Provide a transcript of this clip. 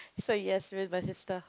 so yes with my sister